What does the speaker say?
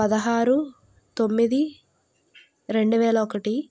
పదహారు తొమ్మిది రెండు వేల ఒకటి